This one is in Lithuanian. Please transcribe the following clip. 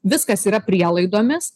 viskas yra prielaidomis